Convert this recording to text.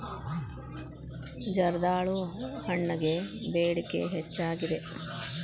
ಜರ್ದಾಳು ಹಣ್ಣಗೆ ಬೇಡಿಕೆ ಹೆಚ್ಚಾಗಿದೆ